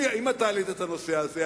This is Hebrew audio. אם אתה העלית את הנושא הזה,